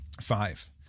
Five